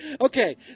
Okay